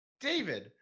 David